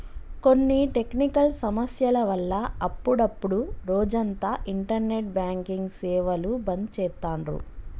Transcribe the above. కొన్ని టెక్నికల్ సమస్యల వల్ల అప్పుడప్డు రోజంతా ఇంటర్నెట్ బ్యాంకింగ్ సేవలు బంద్ చేత్తాండ్రు